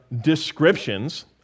descriptions